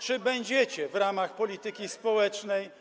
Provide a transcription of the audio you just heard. Czy będziecie w ramach polityki społecznej.